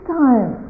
time